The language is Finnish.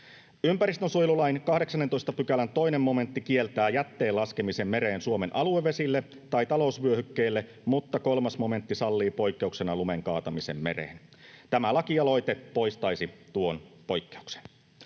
Ympäristönsuojelulain 18 §:n 2 momentti kieltää jätteen laskemisen mereen Suomen aluevesille tai talousvyöhykkeille, mutta 3 momentti sallii poikkeuksena lumen kaatamisen mereen. Tämä lakialoite poistaisi tuon poikkeuksen.